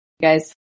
guys